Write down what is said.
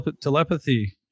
telepathy